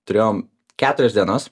turėjom keturias dienas